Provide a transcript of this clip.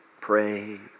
pray